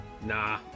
Nah